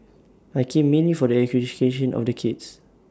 I came mainly for the education of the kids